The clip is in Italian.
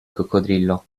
coccodrillo